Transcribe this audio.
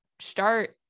start